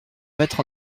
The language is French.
mettre